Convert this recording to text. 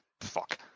Fuck